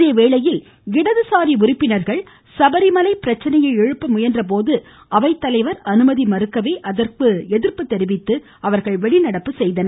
அதேவேளையில் இடது சாரி உறுப்பினர்கள் சபரிமலை பிரச்சனையை எழுப்ப முயன்றபோது அவைத்தலைவர் அனுமதி மறுக்கவே அதற்கு எதிர்த்து அவர்கள் வெளிநடப்பு செய்தனர்